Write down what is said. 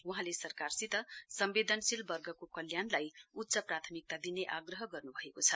वहाँले सरकारसित सम्वेदनशील वर्गको कल्याणलाई उच्च प्राथमिकता दिने आग्रह गर्नुभएको छ